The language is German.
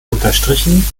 unterstrichen